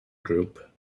group